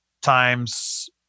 times